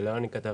זה לא אני כתבתי.